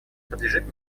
подлежит